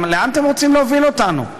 לאן אתם רוצים להוביל אותנו?